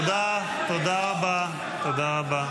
אתרוג, אתרוג אתה.